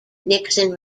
nixon